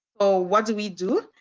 so what do we do?